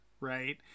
right